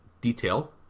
detail